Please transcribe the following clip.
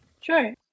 Sure